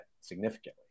significantly